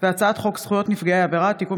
הצעת חוק זכויות נפגעי עבירה (תיקון